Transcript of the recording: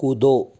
कूदो